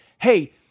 hey